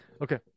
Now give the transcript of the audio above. Okay